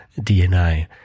DNA